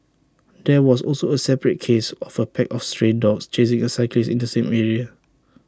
there was also A separate case of A pack of stray dogs chasing A cyclist in the same area